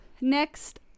Next